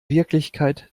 wirklichkeit